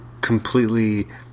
completely